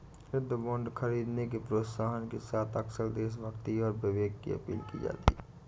युद्ध बांड खरीदने के प्रोत्साहन के साथ अक्सर देशभक्ति और विवेक की अपील की जाती है